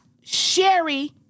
Sherry